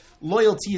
loyalty